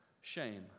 shame